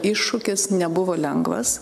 iššūkis nebuvo lengvas